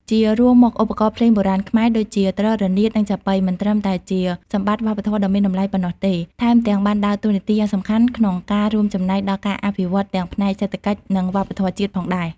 ជារួមមកឧបករណ៍ភ្លេងបុរាណខ្មែរ ដូចជា ទ្រ រនាត និងចាប៉ី មិនត្រឹមតែជាសម្បត្តិវប្បធម៌ដ៏មានតម្លៃប៉ុណ្ណោះទេ ថែមទាំងបានដើរតួនាទីយ៉ាងសំខាន់ក្នុងការរួមចំណែកដល់ការអភិវឌ្ឍទាំងផ្នែកសេដ្ឋកិច្ច និងវប្បធម៌ជាតិផងដែរ។